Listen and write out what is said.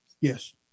Yes